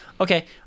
Okay